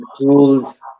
tools